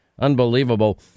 Unbelievable